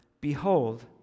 Behold